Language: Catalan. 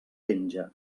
penja